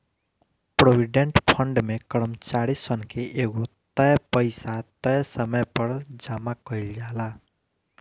provident fund में कर्मचारी सन से एगो तय पइसा तय समय पर जामा कईल जाला